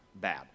Bad